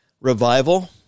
Revival